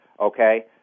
okay